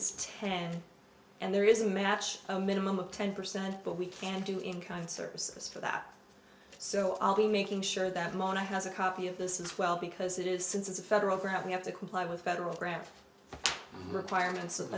is ten and there is a match a minimum of ten percent but we can do in kind services for that so i'll be making sure that mona has a copy of this is well because it is since it's a federal grant we have to comply with federal grant requirements of